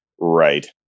Right